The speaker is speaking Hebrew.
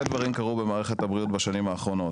דברים קרו במערכת הבריאות בשנים האחרונות.